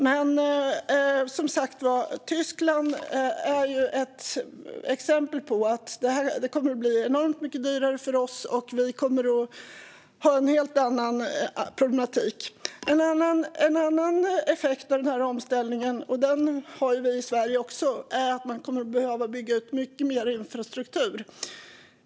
Men som sagt är Tyskland ett exempel på att det kommer att bli enormt mycket dyrare för oss. Vi kommer att ha en helt annan problematik. En annan effekt av den här omställningen - och den har ju vi i Sverige också - är att man kommer att behöva bygga ut mycket mer infrastruktur.